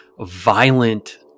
violent